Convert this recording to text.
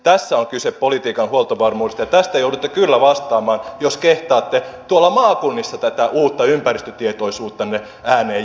tässä on kyse politiikan huoltovarmuudesta ja tästä joudutte kyllä vastaamaan jos kehtaatte maakunnissa tätä uutta ympäristötietoisuuttanne ääneen julistaa